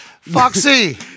Foxy